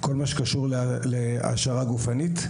כל מה שקשור להעשרה גופנית.